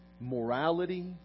morality